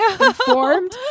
informed